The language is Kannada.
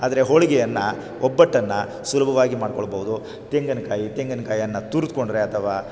ಆದರೆ ಹೋಳಿಗೆಯನ್ನು ಒಬ್ಬಟ್ಟನ್ನು ಸುಲಭವಾಗಿ ಮಾಡ್ಕೊಳ್ಬೋದು ತೆಂಗಿನ್ಕಾಯಿ ತೆಂಗಿನಕಾಯನ್ನ ತುರಿದುಕೊಂಡ್ರೆ ಅಥವಾ